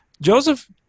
Joseph